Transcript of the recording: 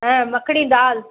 ऐं मखिणी दालि